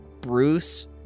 Bruce